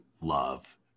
love